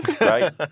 Right